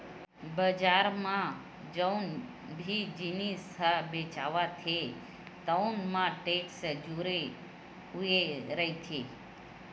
बजार म जउन भी जिनिस ह बेचावत हे तउन म टेक्स जुड़े हुए रहिथे